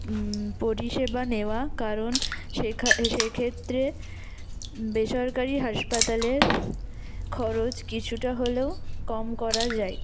পরিষেবা নেওয়া কারণ সেখানে সেক্ষেত্রে বেসরকারি হাসপাতালের খরচ কিছুটা হলেও কম করা যায়